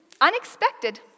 Unexpected